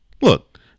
look